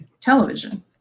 television